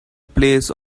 plays